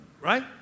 Right